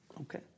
Okay